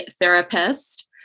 therapist